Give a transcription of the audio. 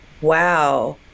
wow